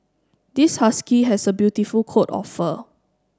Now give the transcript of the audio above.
this husky has a beautiful coat of fur